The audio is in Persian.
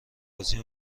بازی